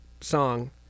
song